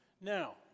Now